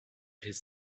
his